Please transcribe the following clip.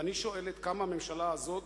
ואני שואלת: כמה הממשלה הזאת,